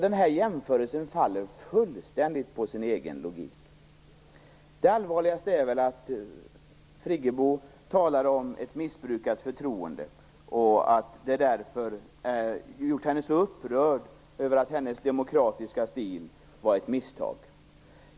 Den här jämförelsen faller fullständigt på sin egen logik. Det allvarligaste är väl att Birgit Friggebo talar om ett missbrukat förtroende, och att det har gjort henne så upprörd över att hennes demokratiska stil var ett misstag.